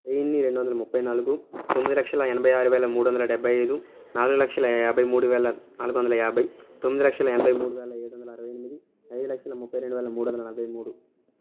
వెయ్యి రెండు వందల ముప్పై నాలుగు తొమ్మిది లక్షల ఎనభై ఆరు వేల మూడు వందల డెబ్భై ఐదు నాలుగు లక్షల యాభై మూడు వేల నాలుగు వందల యాభై తొమ్మిది లక్షల ఎనభై మూడు వేల ఏడు వందల అరవై ఎనిమిది ఐదు లక్షల ముప్పై రెండు వేల మూడు వందల నలభై మూడు